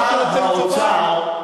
שר האוצר,